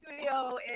studio